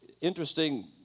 interesting